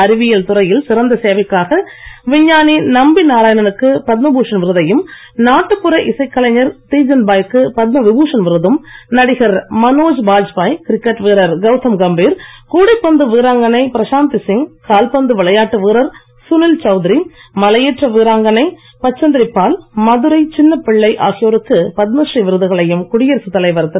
அறிவியல் துறையில் சிறந்த சேவைக்காக விஞ்ஞானி நம்பி நாராயணனுக்கு பத்ம பூஷன் விருதையும் நாட்டுப்புற இசைக்கலைஞர் தீஜன் பாய் க்கு பத்ம விபூஷன் விருதும் நடிகர் மனோஜ் பாஜ்பாய் கிரிக்கெட் வீரர் கவுதம் கம்பீர் கூடைப்பந்து வீராங்கனை பிரசாந்தி சிங் கால்பந்து விளையாட்டு வீரர் சுனில் சவுத்திரி மலையேற்ற வீராங்கனை பச்சந்திரி பால் மதுரை சின்னப்பிள்ளை ஆகியோருக்கு பத்மஸ்ரீ விருதுகளையும் குடியரசுத் தலைவர் திரு